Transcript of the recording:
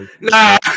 Nah